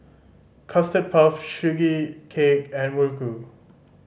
Custard Puff Sugee Cake and muruku